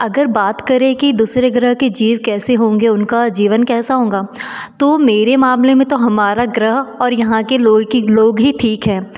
अगर बात करें की दूसरे ग्रह के जीव कैसे होंगे उनका जीवन कैसा होगा तो मेरे मामले में तो हमारा ग्रह और यहाँ के लोगों की लोग ही ठीक है